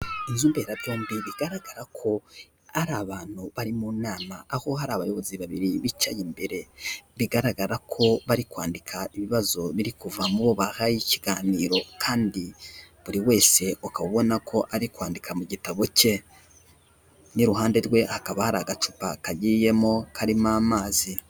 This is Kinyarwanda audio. Inzu mberabyombi bigaragara ko ari abantu bari mu nama, aho hari abayobozi babiri bicaye imbere; bigaragara ko bari kwandika ibibazo biri kuva mu bo bahaye ikiganiro, kandi buri wese ukaba ubona ko ari kwandika mu gitabo cye n'iruhande rwe hakaba hari agacupa kagiye karimo amazi.